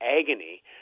agony